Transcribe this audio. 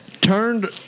turned